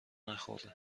نخورده